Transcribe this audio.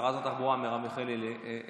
לשרת התחבורה מרב מיכאלי לדבר.